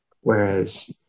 Whereas